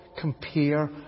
compare